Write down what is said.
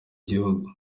gihugu